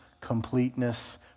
completeness